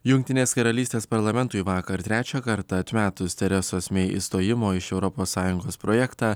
jungtinės karalystės parlamentui vakar trečią kartą atmetus teresos mei išstojimo iš europos sąjungos projektą